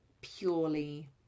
purely